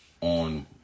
on